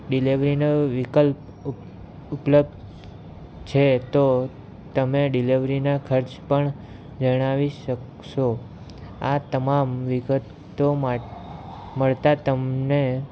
ડિલેવરીનો વિકલ્પ ઉપલબ્ધ છે તો તમે ડિલેવરીના ખર્ચ પણ જણાવી શકશો આ તમામ વિગતોમાં મળતા તમને